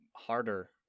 harder